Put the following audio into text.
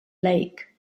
lake